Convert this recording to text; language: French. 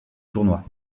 tournoi